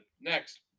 Next